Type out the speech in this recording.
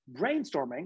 brainstorming